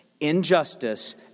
injustice